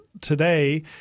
today